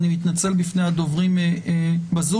אני מתנצל בפני הדוברים בזום.